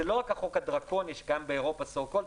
זה לא רק החוק הדרקוני שקיים באירופה לכאורה,